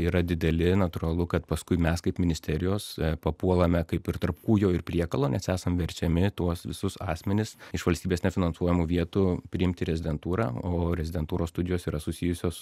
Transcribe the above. yra dideli natūralu kad paskui mes kaip ministerijos papuolame kaip ir tarp kūjo ir priekalo nes esam verčiami tuos visus asmenis iš valstybės nefinansuojamų vietų priimti į rezidentūrą o rezidentūros studijos yra susijusios